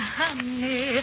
honey